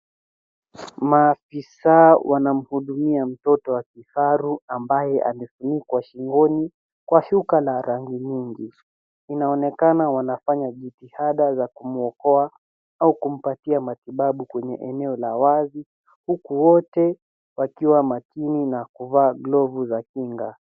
Maafisa wanamhudumia mtoto wa kifaru ambaye alifunikwa shingoni kwa shuka la rangi nyingi. Inaonekana wanafanya jitihada za kumwokoa au kumpatia matibabu kwenye eneo la wazi huku wote wakiwa makini na kuvaa glavu za kinga.